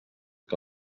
que